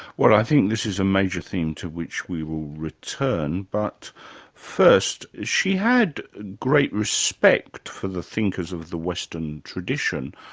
well, i think this is a major theme to which we will return but first she had great respect for the thinkers of the western tradition.